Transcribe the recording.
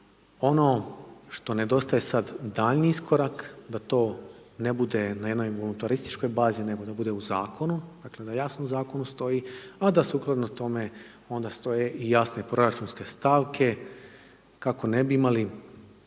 Ono što nedostaje sad daljnji iskorak, da to ne bude na jednoj voluntarističkoj bazi nego da bude u zakonu, dakle da jasno u zakonu stoji a da sukladno tome onda stoje i jasne proračunske stavke kako ne bi imali